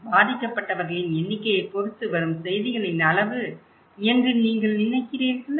பாதிக்கப்பட்டவர்களின் எண்ணிக்கையைப் பொறுத்து வரும் செய்திகளின் அளவு என்று நீங்கள் நினைக்கிறீர்களா